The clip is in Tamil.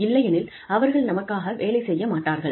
இல்லையெனில் அவர்கள் நமக்காக வேலை செய்ய மாட்டார்கள்